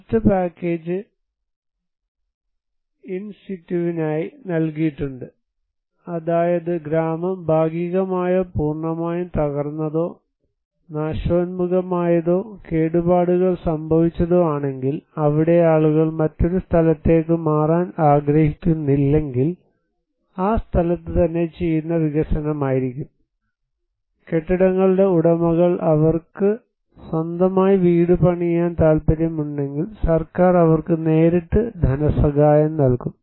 മറ്റ് package in സിറ്റുവിനായി നൽകിയിട്ടുണ്ട് അതായത് ഗ്രാമം ഭാഗികമായോ പൂർണ്ണമായും തകർന്നതോ നാശോന്മുഖമായതോ കേടുപാടുകൾ സംഭവിച്ചതോ ആണെങ്കിൽ അവിടെ ആളുകൾ മറ്റൊരു സ്ഥലത്തേക്ക് മാറാൻ ആഗ്രഹിക്കുന്നില്ലെങ്കിൽ ആ സ്ഥലത്ത് തന്നെ ചെയ്യുന്ന വികസനമായിരിക്കും കെട്ടിടങ്ങളുടെ ഉടമകൾ അവർക്ക് സ്വന്തമായി വീട് പണിയാൻ താൽപ്പര്യമുണ്ടെങ്കിൽ സർക്കാർ അവർക്ക് നേരിട്ട് ധനസഹായം നൽകും